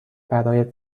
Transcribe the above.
برایت